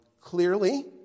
clearly